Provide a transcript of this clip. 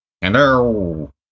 Hello